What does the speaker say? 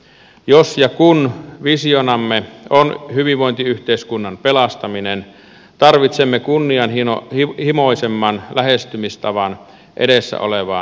jos ja kun visionamme on hyvinvointiyhteiskunnan pelastaminen tarvitsemme kunnianhimoisemman lähestymistavan edessä olevaan muutokseen